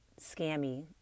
scammy